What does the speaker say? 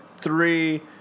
three